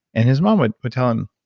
and his mom would would tell him,